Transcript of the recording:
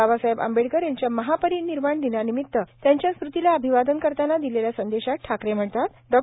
बाबासाहेब आंबेडकर यांच्या महापरिनिर्वाण दिनानिमित त्यांच्या स्मृतीस अभिवादन करताना दिलेल्या संदेशात ठाकरे म्हणतात डॉ